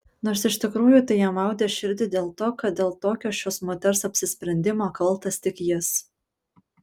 nors iš tikrųjų tai jam maudė širdį dėl to kad dėl tokio šios moters apsisprendimo kaltas tik jis